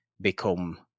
become